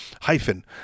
hyphen